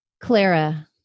Clara